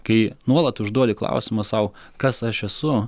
kai nuolat užduodi klausimą sau kas aš esu